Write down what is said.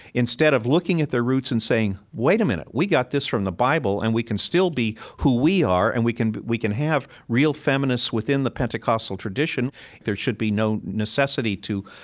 instead of looking at their roots and saying, wait a minute. we got this from the bible, and we can still be who we are, and we can we can have real feminists within the pentecostal tradition there should be no necessity to,